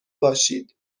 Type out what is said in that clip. باشید